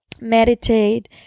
Meditate